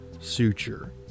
suture